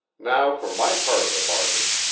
now for my part of the bargain